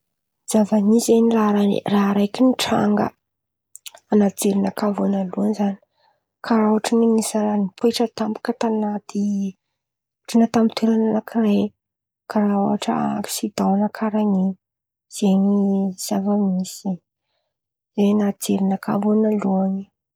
Zava-misy zen̈y raha raiky mitranga, an̈aty jerinakà vônaloan̈y zany, karàha ohatra oe nisy raha nipoitra tampoko tan̈aty ohatra tamy toeran̈a anakiray karàha ohatra aksidan, karàha in̈y, zen̈y zava-misy. Zay an̈aty jerinakà vônaloan̈y.